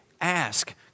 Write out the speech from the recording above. ask